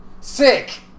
Sick